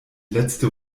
letzte